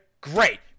great